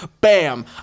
bam